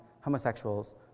homosexuals